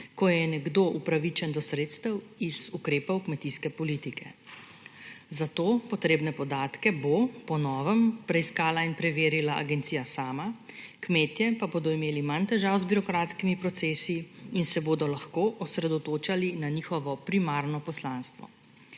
ko je nekdo upravičen do sredstev iz ukrepov kmetijske politike. Zato bo potrebne podatke po novem preiskala in preverila agencija sama, kmetje pa bodo imeli manj težav z birokratskimi procesi in se bodo lahko osredotočali na svoje primarno poslanstvo.